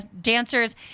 dancers